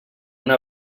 una